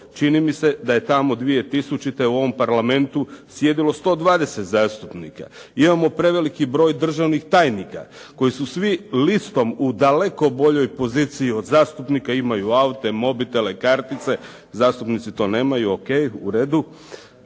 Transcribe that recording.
Čini mi se da je tamo 2000. u ovom Parlamentu sjedilo 120 zastupnika. Imamo preveliki broj državnih tajnika koji su svi listom u daleko boljoj poziciji od zastupnika, imaju aute, mobitele, kartice, zastupnici to nemaju, ok, u redu.